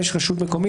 (5) רשות מקומית,